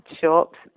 shops